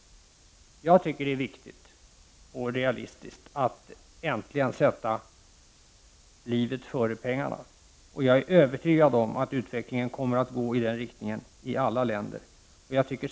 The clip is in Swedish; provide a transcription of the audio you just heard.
Det är viktigt och realistiskt att vi äntligen sätter livet före pengarna, och jag är övertygad om att utvecklingen kommer att gå i den riktningen i alla länder.